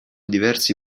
diversi